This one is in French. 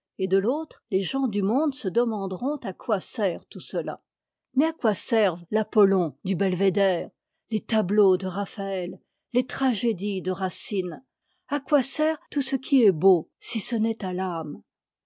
et de l'autre les gens du monde se demanderont à quoi sert tout cela mais à quoi servent l'apollon du belvédère les tableaux de raphaël les tragédies de racine à quoi sert tout ce qui est beau si ce n'est à t'ame